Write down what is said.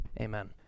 amen